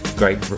great